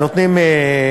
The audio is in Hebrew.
הם נותנים 100,